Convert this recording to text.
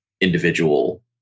individual